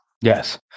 Yes